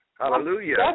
Hallelujah